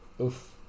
Oof